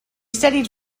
studied